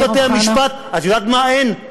ויש בתי-המשפט, את יודעת מה אין?